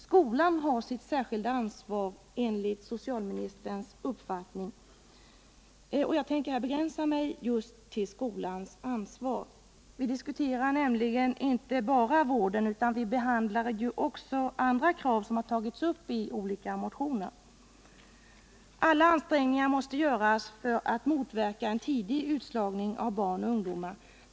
Skolan har sitt särskilda ansvar enligt socialministerns uppfattning. Jag tänker här begränsa mig just till skolans ansvar. Vi diskuterar nämligen inte bara vården, utan vi behandlar också andra krav som tagits upp i olika motioner. 177 Alla ansträngningar måste göras för att motverka en tidig utslagning av barn och ungdomar.